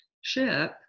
ship